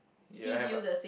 you will have a